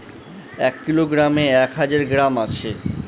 এক কিলোগ্রামে এক হাজার গ্রাম আছে